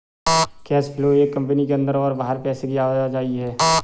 cash flow एक company के अंदर और बाहर पैसे की आवाजाही है